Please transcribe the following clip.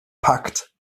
packt